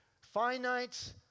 finite